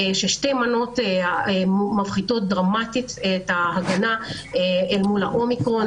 ששתי מנות מפחיתות דרמטית את ההגנה אל מול האומיקרון.